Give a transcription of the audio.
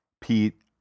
Pete